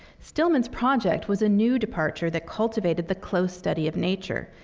stillman's project was a new departure that cultivated the close study of nature.